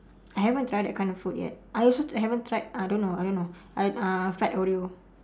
I haven't tried that kind of food yet I also haven't tried I don't know I don't know uh uh fried oreo